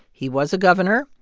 he was a governor.